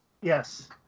Yes